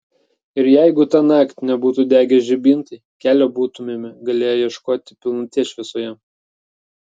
ir jeigu tąnakt nebūtų degę žibintai kelio būtumėme galėję ieškoti pilnaties šviesoje